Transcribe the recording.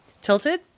tilted